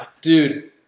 dude